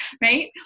right